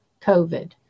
COVID